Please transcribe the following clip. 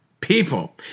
people